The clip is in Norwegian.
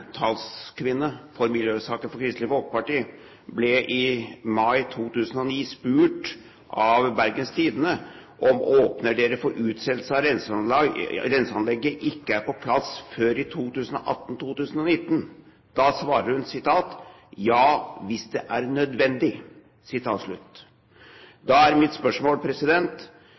for Kristelig Folkeparti i miljøsaker, ble i mai 2009 spurt av Bergens Tidende: , åpner dere for utsettelser og at renseanlegget ikke er på plass før i 2018–2019?» Da svarer hun: «Ja, hvis det er nødvendig.» Da er mitt spørsmål: